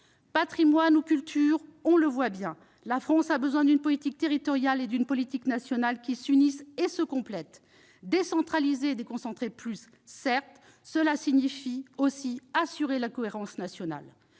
Patrimoine ou culture, on le voit bien, la France a besoin d'une politique territoriale et d'une politique nationale qui s'unissent et se complètent. Décentraliser et déconcentrer plus, cela signifie, aussi, assurer la cohérence nationale.